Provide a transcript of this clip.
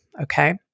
Okay